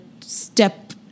step